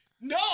No